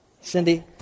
Cindy